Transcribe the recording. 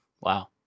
Wow